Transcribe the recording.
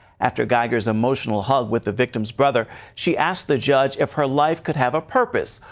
after guyger's emotional hug with the victim's brother, she asked the judge if her life could have a purpose.